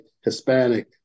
Hispanic